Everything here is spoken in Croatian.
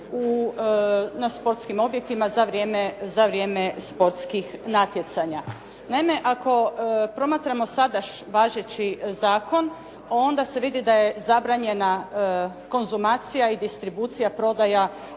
na sportskim objektima za vrijeme sportskih natjecanja. Naime, ako promatramo sada važeći zakon onda se vidi da je zabranjena konzumacija i distribucija prodaja